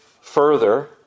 further